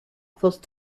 close